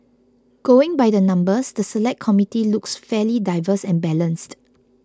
going by the numbers the Select Committee looks fairly diverse and balanced